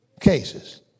cases